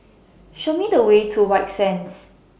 Show Me The Way to White Sands